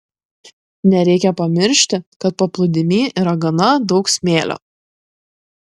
nereikia pamiršti kad paplūdimy yra gana daug smėlio